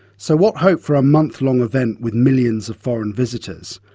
so what hope for a month-long event with millions of foreign visitors?